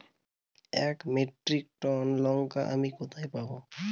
এক metric ton লঙ্কা আমি কোথায় পাবো?